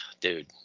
Dude